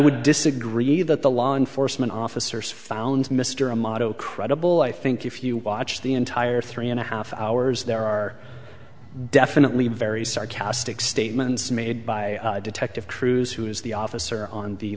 would disagree that the law enforcement officers found mr amano credible i think if you watch the entire three and a half hours there are definitely very sarcastic statements made by detective cruz who is the officer on the